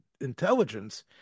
intelligence